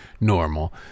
normal